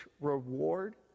reward